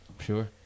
Sure